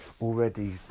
already